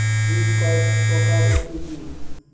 বীজ কয় প্রকার ও কি কি?